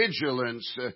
vigilance